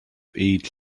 eat